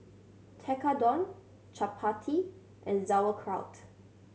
Tekkadon Chapati and Sauerkraut